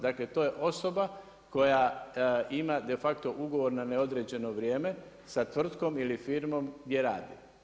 Dakle, to je osoba koja ima de facto ugovor na neodređeno vrijeme sa tvrtkom ili firmom gdje radi.